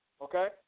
Okay